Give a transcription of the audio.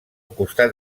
costat